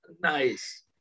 Nice